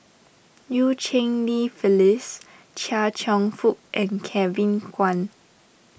Eu Cheng Li Phyllis Chia Cheong Fook and Kevin Kwan